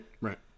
Right